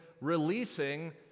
releasing